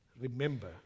Remember